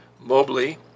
Mobley